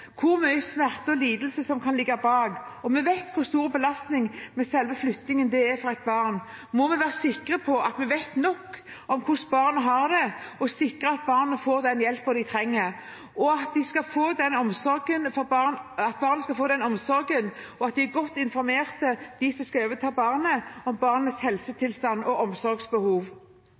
hvor mye som skal til for at et barn skal tas ut av et hjem, hvor mye smerte og lidelse som kan ligge bak, og når vi vet hvor stor belastning selve flyttingen er for et barn, må vi være sikre på at vi vet nok om hvordan barnet har det, sikre at barna får den hjelpen og omsorgen de trenger, og at de som skal overta barnet, er godt informert om barnets helsetilstand og omsorgsbehov.